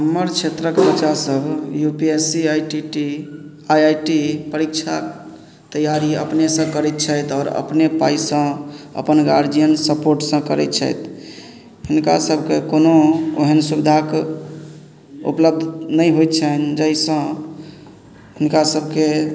हमर क्षेत्रक बच्चा सब U P S C I T T I I T परीक्षा तैयारी अपनेसँ करैत छथि आओर अपने पाइसँ अपन गार्जियन सपोर्टसँ करै छथि हिनका सभके कोनो ओहन सुविधाक उपलब्ध नइ होइ छैन जइसँ हुनका सभके